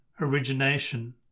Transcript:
origination